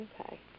Okay